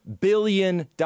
billion